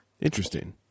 Interesting